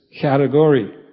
category